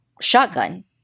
shotgun